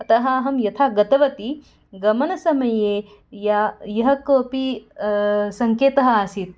अतः अहं यथा गतवती गमनसमये यः यः कोपि सङ्केतः आसीत्